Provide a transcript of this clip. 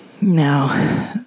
No